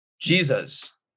Jesus